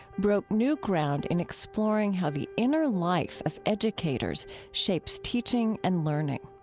broke new ground in exploring how the inner life of educators shapes teaching and learning.